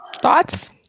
thoughts